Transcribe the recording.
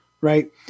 right